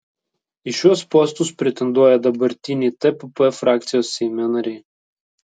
į šiuos postus pretenduoja dabartiniai tpp frakcijos seime nariai